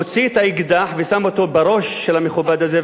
הוציא את האקדח ושם אותו בראש של המכובד הזה,